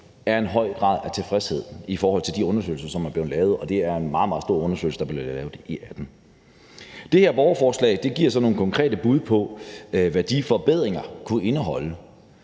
er en høj grad af tilfredshed. Og det var en meget, meget stor undersøgelse, der blev lavet i 2018. Det her borgerforslag giver så nogle konkrete bud på, hvad de forbedringer kunne indeholde.